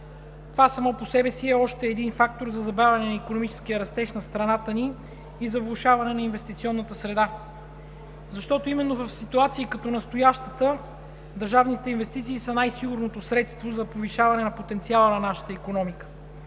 Това, само по себе си, е още един фактор за забавяне на икономическия растеж на страната ни и за влошаване на инвестиционната среда. Именно в ситуации като настоящата държавните инвестиции са най-сигурното средство за повишаване потенциала на нашата икономика.